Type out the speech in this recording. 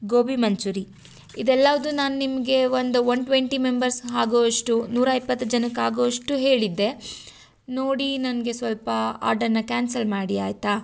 ಗೋಬಿ ಮಂಚೂರಿ ಇದೆಲ್ಲವು ನಾನು ನಿಮಗೆ ಒಂದು ಒನ್ ಟ್ವೆಂಟಿ ಮೆಂಬರ್ಸಿಗೆ ಆಗುವಷ್ಟು ನೂರ ಇಪ್ಪತ್ತು ಜನಕ್ಕೆ ಆಗುವಷ್ಟು ಹೇಳಿದ್ದೆ ನೋಡಿ ನನಗೆ ಸ್ವಲ್ಪ ಆರ್ಡರನ್ನ ಕ್ಯಾನ್ಸಲ್ ಮಾಡಿ ಆಯಿತಾ